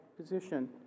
position